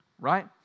Right